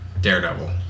Daredevil